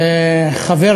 אחות,